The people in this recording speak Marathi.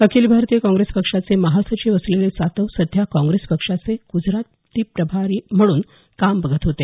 अखिल भारतीय काँग्रेस पक्षाचे महासचिव असलेले सातव सध्या काँग्रेस पक्षाचे ग्जरात प्रभारी म्हणून ते काम पाहत होते